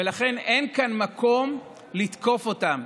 לכן אין כאן מקום לתקוף אותם.